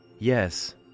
Yes